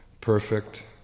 perfect